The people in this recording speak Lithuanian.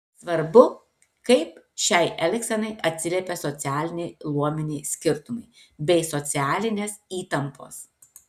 svarbu kaip šiai elgsenai atsiliepė socialiniai luominiai skirtumai bei socialinės įtampos